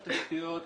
התשתיות,